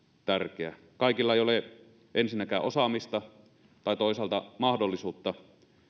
tärkeä kaikilla ei ole ensinnäkään osaamista tai toisaalta mahdollisuutta